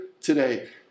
today